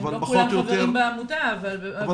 לא כולם חברים בעמותה אבל --- אבל